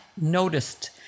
noticed